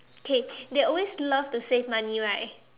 okay they always love to save money right